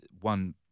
One